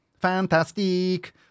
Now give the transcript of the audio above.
fantastic